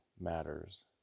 matters